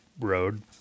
road